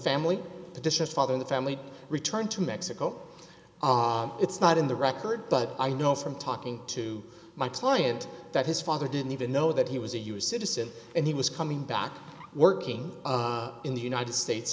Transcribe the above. family the dishes father in the family return to mexico it's not in the record but i know from talking to my client that his father didn't even know that he was a u s citizen and he was coming back working in the united states